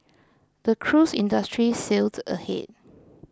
the cruise industry sailed ahead